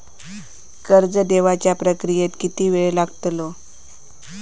कर्ज देवच्या प्रक्रियेत किती येळ लागतलो?